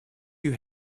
you